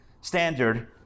standard